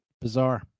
Bizarre